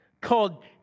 called